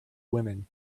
women